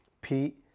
Pete